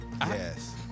Yes